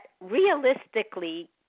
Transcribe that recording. realistically